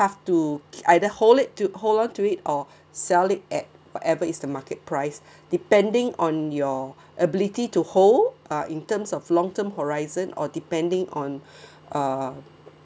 have to either hold it to hold on to it or sell it at whatever is the market price depending on your ability to hold uh in terms of long term horizon or depending on uh